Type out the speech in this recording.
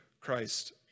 Christ